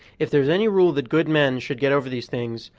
if there's any rule that good men should get over these things,